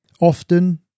Often